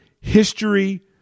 history